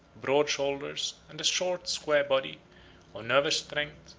broad shoulders, and a short square body, of nervous strength,